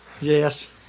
yes